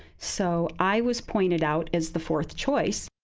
so i was pointed out as the fourth choice.